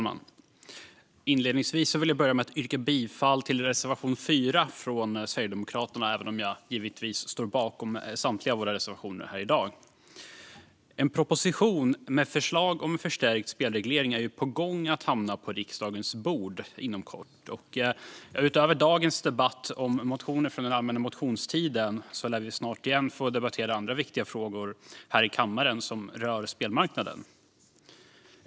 Fru talman! Jag vill börja med att yrka bifall till reservation 4 från Sverigedemokraterna, men jag står givetvis bakom samtliga våra reservationer. En proposition med förslag om en förstärkt spelreglering är på gång att hamna på riksdagens bord inom kort. Utöver dagens debatt om motioner från allmänna motionstiden lär vi snart igen få debattera andra viktiga frågor här i kammaren som rör spelmarknaden.